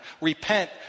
Repent